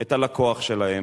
את הלקוח שלהם,